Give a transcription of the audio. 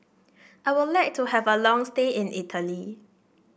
I would like to have a long stay in Italy